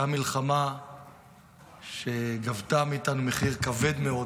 הייתה מלחמה שגבתה מאיתנו מחיר כבד מאוד.